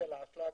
קרטל האשלג,